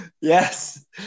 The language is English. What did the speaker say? Yes